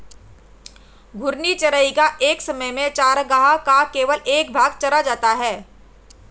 घूर्णी चराई एक समय में चरागाह का केवल एक भाग चरा जाता है